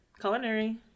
culinary